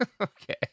Okay